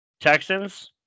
Texans